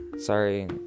Sorry